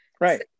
Right